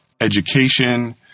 education